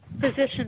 position